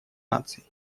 наций